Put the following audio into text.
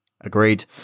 Agreed